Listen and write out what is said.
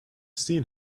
seen